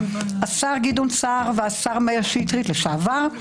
השר גדעון סער והשר מאיר שטרית לשעבר,